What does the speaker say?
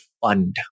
fund